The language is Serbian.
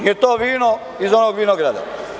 Nije to vino iz onog vinograda.